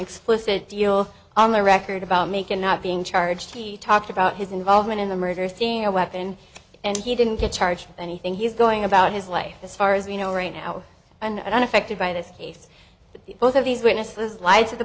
explicit deal on the record about making not being charged he talked about his involvement in the murder thing a weapon and he didn't get charged anything he's going about his life as far as we know right now and unaffected by this case the both of these witnesses lied to the